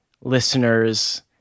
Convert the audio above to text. listeners